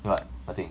what what thing